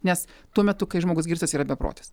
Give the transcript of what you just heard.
nes tuo metu kai žmogus girtas yra beprotis